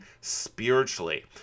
spiritually